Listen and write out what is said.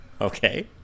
Okay